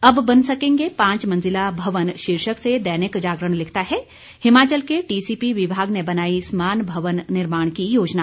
अब बन सकेंगे पांच मंजिला भवन खबर पर दैनिक जागरण लिखता है हिमाचल के टीसीपी विभाग ने बनाई समान भवन निर्माण की योजना